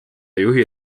juhi